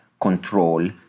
control